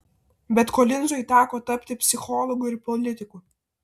bet kolinzui teko tapti psichologu ir politiku